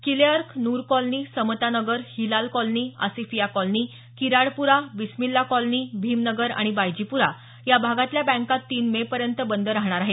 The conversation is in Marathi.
किले Ark Noor colony Samata Nagar Hilal colony Asifiya colony Kiradpura Bismillah colony Bhimnagar आणि बायजीप्रा या भागातल्या बँका तीन मे पर्यंत बंद राहणार आहेत